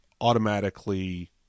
automatically